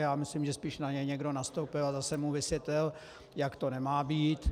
Já myslím, že spíš na něj někdo nastoupil a zase mu vysvětlil, jak to nemá být.